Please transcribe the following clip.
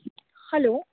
hello